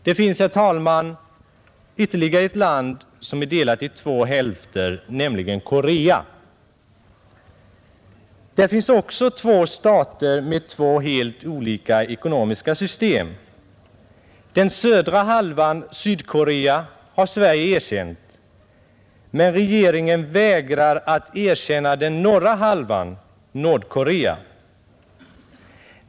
Det finns, herr talman, ytterligare ett land som är delat i två hälfter, nämligen Korea. Där finns också två stater med två helt olika ekonomiska system. Den södra halvan, Sydkorea, har Sverige erkänt, men regeringen vägrar att erkänna den norra halvan, Nordkorea.